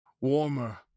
warmer